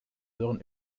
sören